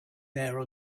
there